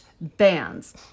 bands